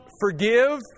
forgive